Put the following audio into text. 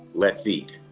let's eat.